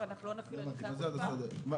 פיצויים (תשלום פיצויים) (נזק מלחמה ונזק עקיף).